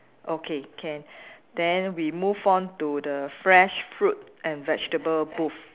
okay K then we move on to the fresh fruit and vegetable booth